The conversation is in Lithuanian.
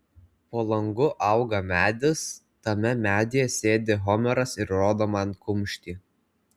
po langu auga medis tame medyje sėdi homeras ir rodo man kumštį